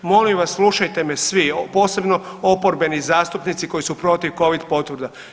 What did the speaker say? Molim vas slušajte me svi posebno oporbeni zastupnici koji su protiv covid potvrda.